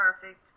perfect